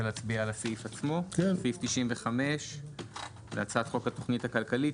סעיף 95 להצעת חוק התוכנית הכלכלה,